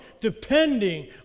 depending